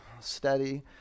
Steady